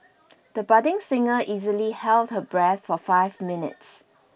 the budding singer easily held her breath for five minutes